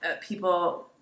people